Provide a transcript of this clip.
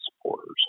supporters